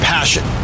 Passion